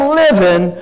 living